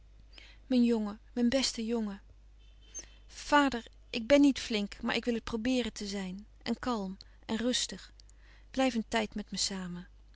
mijn jongen mijn beste jongen vader ik ben niet flink maar ik wil het probeeren te zijn en kalm en rustig blijf een tijd met me samen